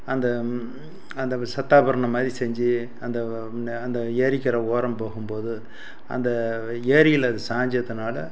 அந்த அந்த சத்தாபுராணம் மாதிரி செஞ்சு அந்த அந்த ஏரிக்கரை ஓரம் போகும்போது அந்த ஏரியில் அது சாய்ஞ்சதுனால